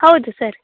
ಹೌದು ಸರ್